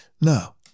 No